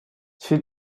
she